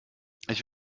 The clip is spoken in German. ich